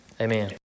Amen